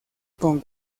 con